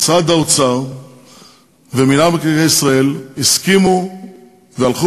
משרד האוצר ומינהל מקרקעי ישראל הסכימו והלכו